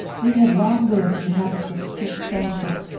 we had long lived in habits of strict friendship,